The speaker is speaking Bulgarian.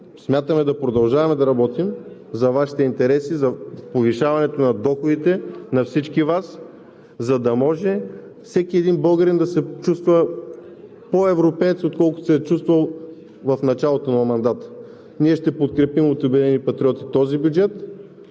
смятаме да продължаваме да работим за Вашите интереси, за повишаването на доходите на всички Вас, за да може всеки един българин да се чувства по-европеец, отколкото се е чувствал в началото на мандата. Ние от „Обединени патриоти“ ще подкрепим този бюджет.